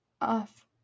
off